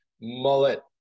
mullet